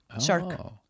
Shark